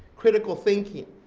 critical thinking.